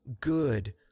good